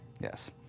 Yes